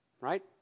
Right